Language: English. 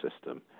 system